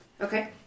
Okay